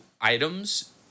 items